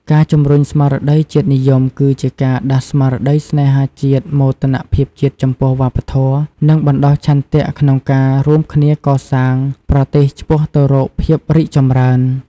ការជំរុញស្មារតីជាតិនិយមគឺជាការ ដាស់ស្មារតីស្នេហាជាតិ មោទនភាពចំពោះវប្បធម៌ និងបណ្ដុះឆន្ទៈក្នុងការរួមគ្នាកសាងប្រទេសឆ្ពោះទៅរកភាពរីកចម្រើន។